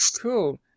cool